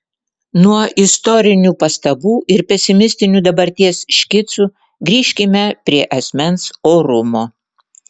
nuo istorinių pastabų ir pesimistinių dabarties škicų grįžkime prie asmens orumo